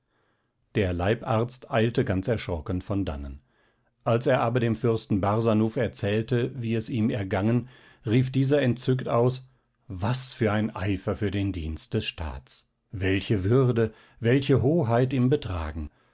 der leibarzt eilte ganz erschrocken von dannen als er aber dem fürsten barsanuph erzählte wie es ihm ergangen rief dieser entzückt aus was für ein eifer für den dienst des staats welche würde welche hoheit im betragen